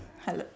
hello